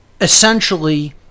essentially